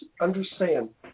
understand